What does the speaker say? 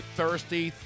thirsty